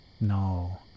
No